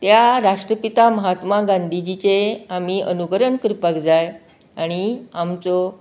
त्या राष्ट्रपिता महात्मा गांधीजीचें आमी अनुकरण करपाक जाय आनी आमचो